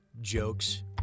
jokes